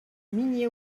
migné